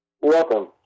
Welcome